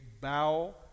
bow